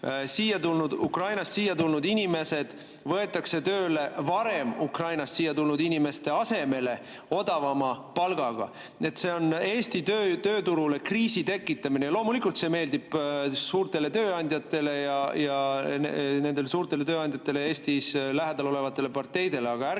Ukrainast siia tulnud inimesed võetakse tööle varem Ukrainast siia tulnud inimeste asemele odavama palgaga. See on Eesti tööturul kriisi tekitamine. Loomulikult see meeldib suurtele tööandjatele ja nendele suurtele tööandjatele Eestis lähedal olevatele parteidele. Aga ärge